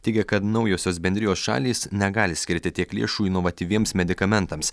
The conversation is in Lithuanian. teigė kad naujosios bendrijos šalys negali skirti tiek lėšų inovatyviems medikamentams